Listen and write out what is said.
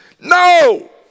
no